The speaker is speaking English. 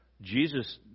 Jesus